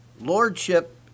Lordship